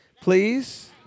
please